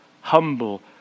humble